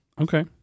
Okay